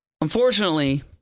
Unfortunately